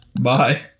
bye